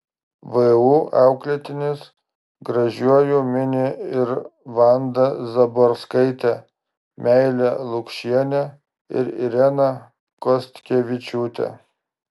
vu auklėtinis gražiuoju mini ir vandą zaborskaitę meilę lukšienę ir ireną kostkevičiūtę